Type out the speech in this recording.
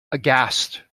aghast